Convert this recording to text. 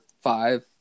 five